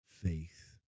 faith